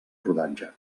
rodatge